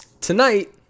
Tonight